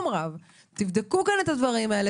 תבדקו את הדברים האלה,